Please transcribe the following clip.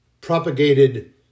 propagated